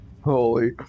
Holy